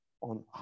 on